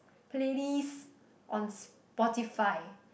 playlist on Spotify